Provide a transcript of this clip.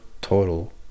total